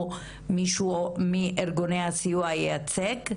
או מישהו מארגוני הסיוע ייצג?